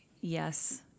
yes